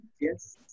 yes